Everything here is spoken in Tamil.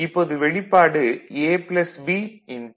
இப்போது வெளிப்பாடு A B